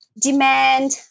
demand